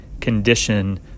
condition